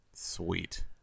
Sweet